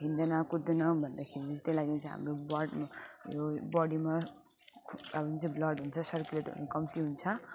हिँड्दैन कुद्दैन भन्दाखेरि त्यही लागि चाहिँ हाम्रो बडीहरू बडीमा हुन्छ ब्लड हुन्छ सर्कुलेटहरू कम्ती हुन्छ